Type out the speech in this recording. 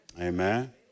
Amen